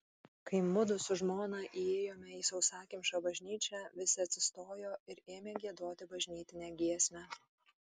kai mudu su žmona įėjome į sausakimšą bažnyčią visi atsistojo ir ėmė giedoti bažnytinę giesmę